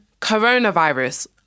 coronavirus